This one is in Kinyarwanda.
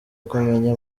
kumenya